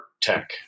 tech